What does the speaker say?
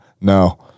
No